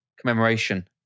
commemoration